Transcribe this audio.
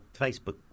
Facebook